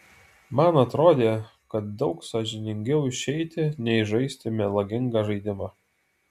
man atrodė kad daug sąžiningiau išeiti nei žaisti melagingą žaidimą